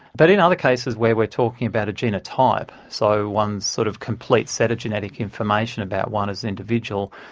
but in other cases where we're talking about a genotype, so one's sort of complete set of genetic information about one as an individual,